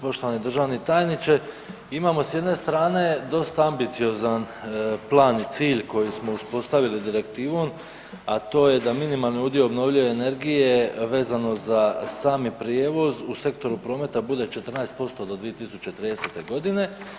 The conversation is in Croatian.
Poštovani državni tajniče, imamo s jedne strane dosta ambiciozan plan i cilj koji smo uspostavili direktivom, a to je da minimalni udio obnovljive energije vezano za sami prijevoz u sektoru prometa bude 14% do 2030. godine.